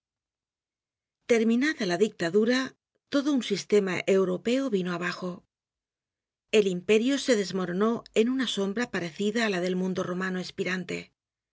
terminada la dictadura todo un sistema europeo vino abajo el imperio se desmoronó en una sombra parecida á la del mundo romano espirante